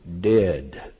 dead